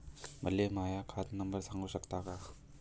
मले माह्या खात नंबर सांगु सकता का?